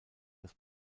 das